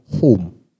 home